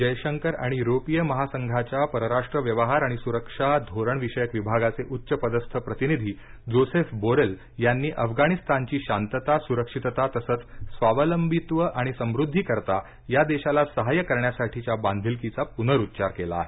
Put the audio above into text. जयशंकर आणि युरोपिय महासंघाच्या परराष्ट्र व्यवहार आणि सुरक्षा धोरण विषयक विभागाचे उच्चपदस्थ प्रतिनिधी जोसेफ बोरेल यांनी अफगाणिस्तानाची शांतता सुरक्षितता तसंच स्वावलंबीत्व आणि समृद्धीकरता या देशाला सहाय्य करण्यासाठीच्या बांधिलकीचा पुनरुच्चार केला आहे